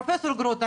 פרופ' גרוטו,